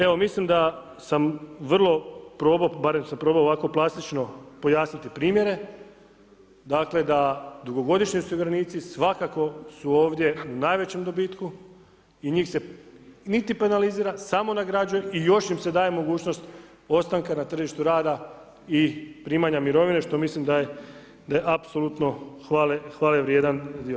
Evo, mislim da sam vrlo, probo, barem sam probao ovako plastično pojasniti primjere dakle da dugogodišnji osiguranici svakako su ovdje u najvećem dobitku i njih se niti penalizira, amo nagrađuje i još im se daje mogućnost ostanka na tržištu rada i primanja mirovine što mislim da je apsolutno hvale vrijedan dio.